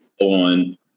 on